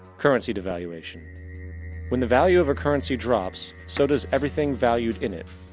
currency devaluation when the value of a currency drops, so does everything valued in it.